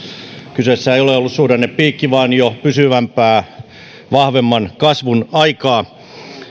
kyseessä ei ole ollut suhdannepiikki vaan jo pysyvämpää vahvemman kasvun aikaa